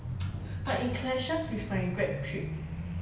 but it clashes with my grad trip